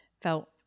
felt